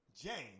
James